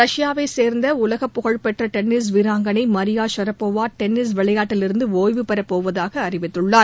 ரஷ்யாவைச் சேர்ந்த உலகப்புகழ்பெற்ற டென்னிஸ் வீராங்கனை மரிய ஷரபோவா டென்னிஸ் விளையாட்டிலிருந்து ஒய்வு பெறுவதாக அறிவித்துள்ளார்